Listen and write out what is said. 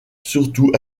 surtout